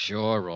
Sure